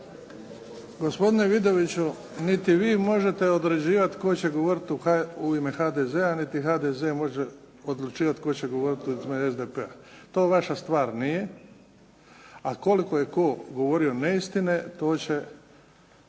Gospodine Vidoviću, niti vi možete određivati tko će govoriti u ime HDZ-a, niti HDZ može govoriti u ime SDP-a. to vaša stvar nije. A koliko je tko govorio neistine, to će